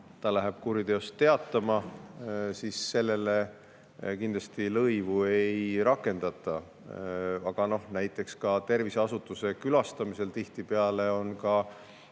ta läheb kuriteost teatama, siis kindlasti lõivu ei rakendata. Aga näiteks terviseasutuse külastamisel on tihtipeale ka